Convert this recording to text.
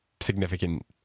significant